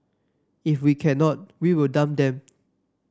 if we cannot we will dump them